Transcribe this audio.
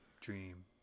Dream